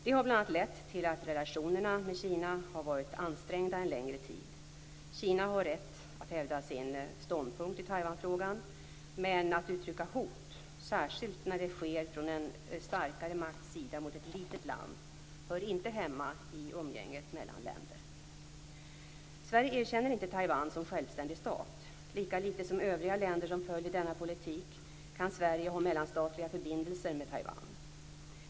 Det har bl.a. lett till att relationerna med Kina har varit ansträngda en längre tid. Kina har rätt att hävda sin ståndpunkt i Taiwanfrågan. Men att uttrycka hot, särskilt när det sker från en starkare makts sida mot ett litet land, hör inte hemma i umgänget mellan länder. Sverige erkänner inte Taiwan som en självständig stat. Lika litet som övriga länder som följer denna politik kan Sverige ha mellanstatliga förbindelser med Taiwan.